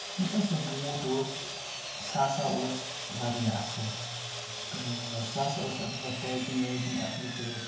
یُس ہا بوٗٹھ اوس سُہ ہسا اوس واریاہ اَصٕل تہٕ سُہ سا ٲس تَتھ ٲس پیکِنگ ویکِنگ اَصٕل کٔرِتھ